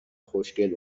خوشگل